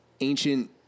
ancient